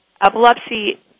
epilepsy